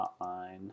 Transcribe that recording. Hotline